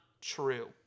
true